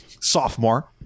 Sophomore